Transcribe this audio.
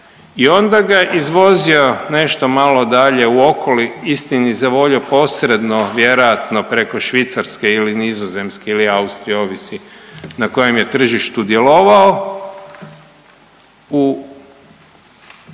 I onda ga izvozio nešto malo dalje u Okoli, istini za volju posredno vjerojatno preko Švicarske ili Nizozemske ili Austrije ovisi na kojem je tržištu djelovao u